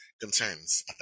concerns